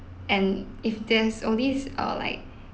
and if there's only uh like